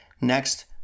Next